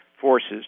forces